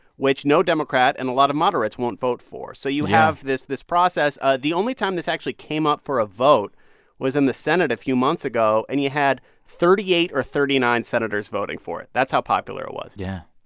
which no democrat and a lot of moderates won't vote for yeah so you have this this process. ah the only time this actually came up for a vote was in the senate a few months ago. and you had thirty eight or thirty nine senators voting for it. that's how popular it was yeah.